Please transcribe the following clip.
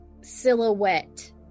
silhouette